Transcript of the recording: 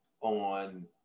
on